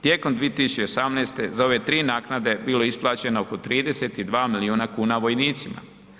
Tijekom 2018.g. za ove 3 naknade bilo je isplaćeno oko 32 milijuna kuna vojnicima.